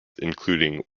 including